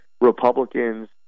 Republicans